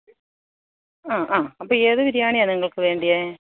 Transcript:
അ ആ അപ്പോൾ ഏതു ബിരിയാണിയാണ് നിങ്ങൾക്ക് വേണ്ടത്